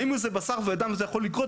האם זה בשר ודם וזה יכול לקרות?